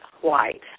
white